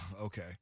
okay